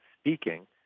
speaking